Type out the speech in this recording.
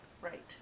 Right